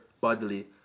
bodily